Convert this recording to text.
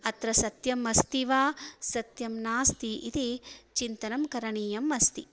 अत्र सत्यम् अस्ति वा सत्यं नास्ति इति चिन्तनं करणीयम् अस्ति